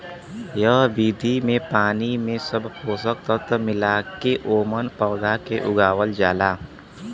एह विधि में पानी में सब पोषक तत्व मिला के ओमन पौधा के उगावल जाला